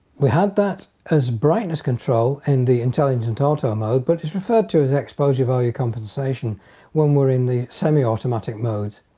we had that as brightness control in the intelligent auto mode but is referred to as exposure value compensation when we're in the semi-automatic modes.